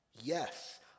Yes